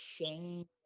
shame